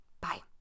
Bye